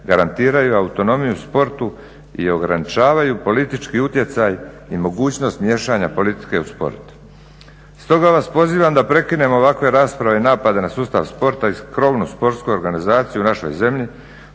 garantiraju autonomiju u sportu i ograničavaju politički utjecaj i mogućnost miješanja politike u sportu. Stoga vas pozivam da prekinemo ovakve rasprave i napade na sustav sporta i skromnu sportsku organizaciju u našoj zemlji,